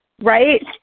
right